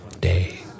day